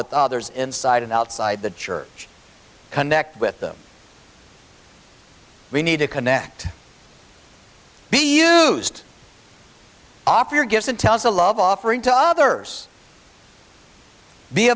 with others inside and outside the church connect with them we need to connect be used off your gifts and tell us a love offering to others be